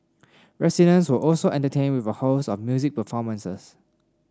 residents were also entertained with a host of music performances